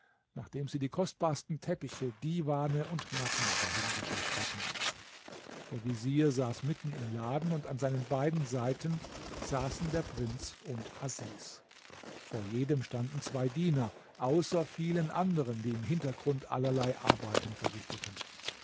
nachdem sie die kostbarsten teppiche diwane und matten dahin geschafft hatten der vezier saß mitten im laden und an seinen beiden seiten saßen der prinz und asis vor jedem standen zwei diener außer vielen andern die im hintergrund allerlei arbeiten verrichteten